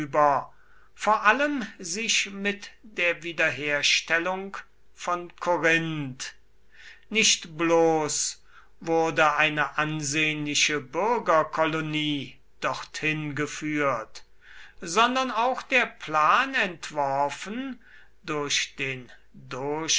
vor allem sich mit der wiederherstellung von korinth nicht bloß wurde eine ansehnliche bürgerkolonie dorthin geführt sondern auch der plan entworfen durch den